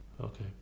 okay